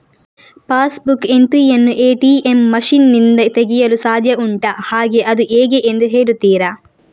Pass book entry ಯನ್ನು ATM machine ನಿಂದ ತೆಗೆಯಲು ಸಾಧ್ಯ ಉಂಟಾ ಹಾಗೆ ಅದು ಹೇಗೆ ಎಂದು ಹೇಳುತ್ತೀರಾ?